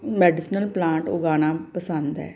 medicinal plant ਉਗਾਉਣਾ ਪਸੰਦ ਹੈ